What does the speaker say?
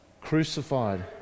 crucified